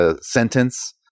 sentence